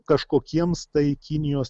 kažkokiems tai kinijos